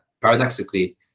paradoxically